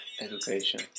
Education